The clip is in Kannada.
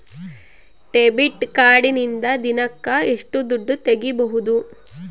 ಡೆಬಿಟ್ ಕಾರ್ಡಿನಿಂದ ದಿನಕ್ಕ ಎಷ್ಟು ದುಡ್ಡು ತಗಿಬಹುದು?